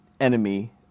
enemy